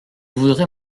voudrais